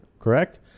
correct